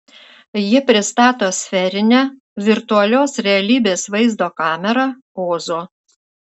ji pristato sferinę virtualios realybės vaizdo kamerą ozo